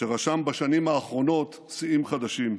שרשם בשנים האחרונות שיאים חדשים.